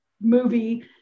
movie